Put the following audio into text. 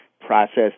process